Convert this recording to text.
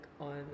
on